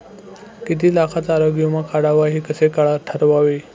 किती लाखाचा आरोग्य विमा काढावा हे कसे ठरवावे?